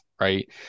right